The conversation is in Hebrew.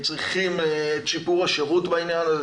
צריכים את שיפור השירות בעניין הזה,